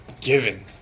given